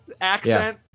accent